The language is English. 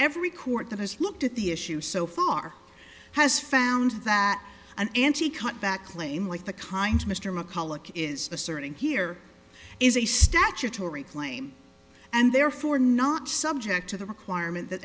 every court that has looked at the issue so far has found that an anti cutback claim like the kind mr mcculloch is asserting here is a statutory claim and therefore not subject to the requirement that